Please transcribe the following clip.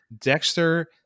Dexter